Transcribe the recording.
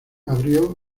abrió